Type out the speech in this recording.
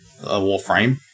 warframe